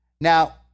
Now